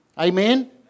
Amen